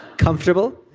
comfortable